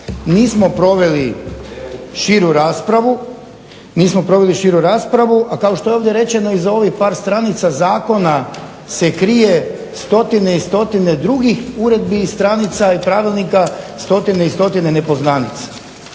Nismo proveli širu raspravu, a kao što je ovdje rečeno iza ovih par stranica zakona se krije stotine i stotine drugih uredbi i stranica i pravilnika, stotine i stotine nepoznanica.